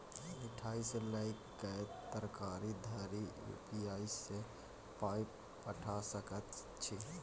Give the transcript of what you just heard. मिठाई सँ लए कए तरकारी धरि यू.पी.आई सँ पाय पठा सकैत छी